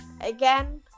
Again